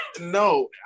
No